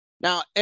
Now